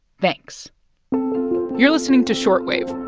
thanks you're listening to short wave.